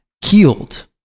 healed